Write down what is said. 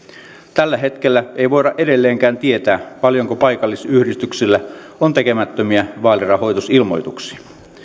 tällä hetkellä ei voida edelleenkään tietää paljonko paikallisyhdistyksillä on tekemättömiä vaalirahoitusilmoituksia